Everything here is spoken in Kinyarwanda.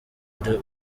ari